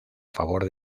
favor